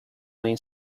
main